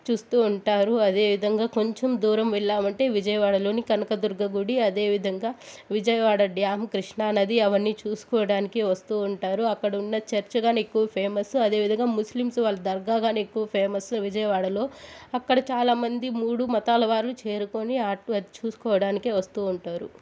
చూస్తు ఉంటారు అదే విధంగా కొంచెం దూరం వెళ్ళామంటే విజయవాడలోని కనకదుర్గ గుడి అదేవిధంగా విజయవాడ డ్యామ్ కృష్ణానది అవన్నీ చూసుకోవడానికి వస్తు ఉంటారు అక్కడున్న చర్చ్ కానీ ఎక్కువ ఫేమస్ అదేవిధంగా ముస్లిమ్స్ వాళ్ళ దర్గా కానీ ఎక్కువ ఫేమసు విజయవాడలో అక్కడ చాలామంది మూడు మతాలవారు చేరుకొని అటు అది చూసుకోవడానికి వస్తు ఉంటారు